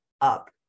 up